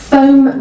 Foam